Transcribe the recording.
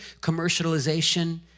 commercialization